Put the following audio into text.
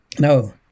No